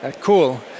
Cool